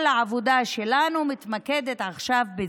כל העבודה שלנו מתמקדת עכשיו בזה.